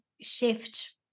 shift